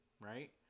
right